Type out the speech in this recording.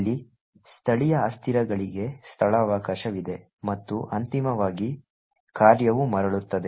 ಇಲ್ಲಿ ಸ್ಥಳೀಯ ಅಸ್ಥಿರಗಳಿಗೆ ಸ್ಥಳಾವಕಾಶವಿದೆ ಮತ್ತು ಅಂತಿಮವಾಗಿ ಕಾರ್ಯವು ಮರಳುತ್ತದೆ